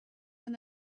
and